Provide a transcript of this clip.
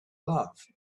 love